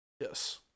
Yes